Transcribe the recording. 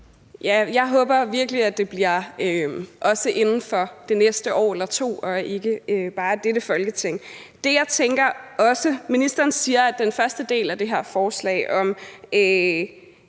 Jeg håber virkelig, at det bliver inden for det næste år eller to og ikke bare vedtaget af dette Folketing. Det, jeg også tænker, når ministeren om den første del af det her forslag om